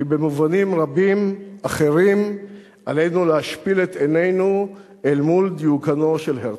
כי במובנים רבים אחרים עלינו להשפיל את עינינו אל מול דיוקנו של הרצל.